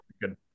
good